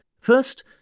First